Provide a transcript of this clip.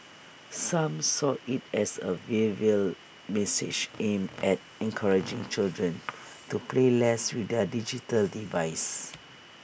some saw IT as A veil veiled message aimed at encouraging children to play less with their digital devices